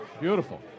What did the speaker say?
Beautiful